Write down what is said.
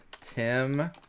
Tim